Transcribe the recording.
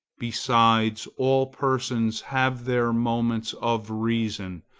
besides, all persons have their moments of reason,